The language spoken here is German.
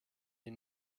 die